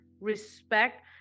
respect